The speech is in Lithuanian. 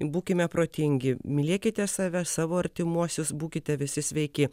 būkime protingi mylėkite save savo artimuosius būkite visi sveiki